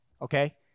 okay